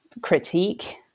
critique